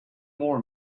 more